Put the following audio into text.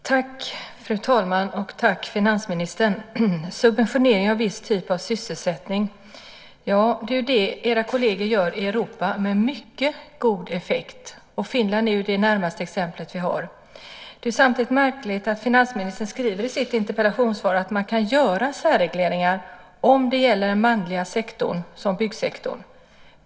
Fru talman! Tack finansministern. Subventionera viss typ av sysselsättning, ja, det är ju det som era kolleger i Europa gör med mycket god effekt. Finland är vårt närmaste exempel. Det är samtidigt märkligt att finansministern skriver i sitt interpellationssvar att man kan göra särregleringar om det gäller en manlig sektor som byggsektorn.